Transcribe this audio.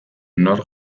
nor